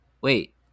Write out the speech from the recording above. wait